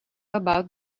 about